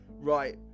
right